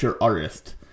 artist